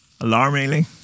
Alarmingly